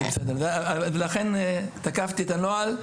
לכן תקפתי את הנוהל,